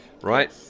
right